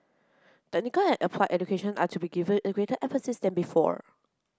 technical and applied education are to be given greater emphasis than before